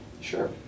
Sure